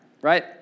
right